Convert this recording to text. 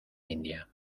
india